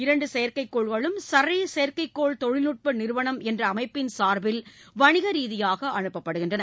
இரண்டு செயற்கைக் கோள்களும் சர்ரே செயற்கைக் கோள் தொழில்நுட்ப நிறுவனம் என்ற அமைப்பின் சார்பில் வணிக ரீதியாக அனுப்பப்படுகின்றன